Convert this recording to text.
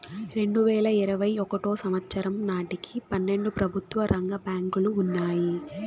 రెండువేల ఇరవై ఒకటో సంవచ్చరం నాటికి పన్నెండు ప్రభుత్వ రంగ బ్యాంకులు ఉన్నాయి